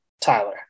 tyler